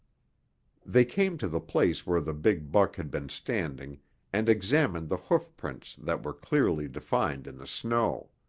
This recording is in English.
they came to the place where the big buck had been standing and examined the hoofprints that were clearly defined in the snow.